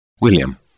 William